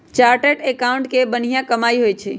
chartered accountant के बनिहा कमाई होई छई